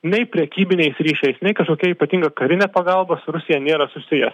nei prekybiniais ryšiais nei kažkokia ypatinga karine pagalba su rusija nėra susijęs